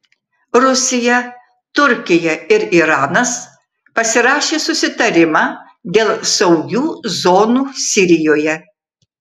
rusija turkija ir iranas pasirašė susitarimą dėl saugių zonų sirijoje